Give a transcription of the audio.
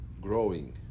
growing